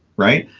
right.